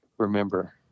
Remember